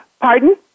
Pardon